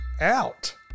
out